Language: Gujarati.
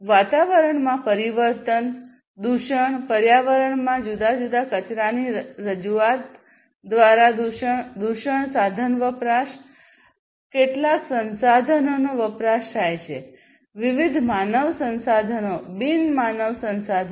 વાતાવરણમાં પરિવર્તન દૂષણ પર્યાવરણમાં જુદા જુદા કચરાની રજૂઆત દ્વારા દૂષણ દૂષણ સાધન વપરાશ કેટલા સંસાધનોનો વપરાશ થાય છે વિવિધ માનવ સંસાધનો બિન માનવ સંસાધનો